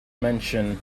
mention